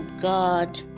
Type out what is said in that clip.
god